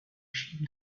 sheep